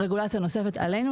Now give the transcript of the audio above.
רגולציה נוספת עלינו,